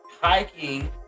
hiking